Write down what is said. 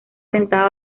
sentado